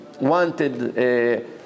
wanted